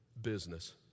business